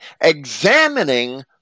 examining